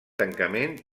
tancament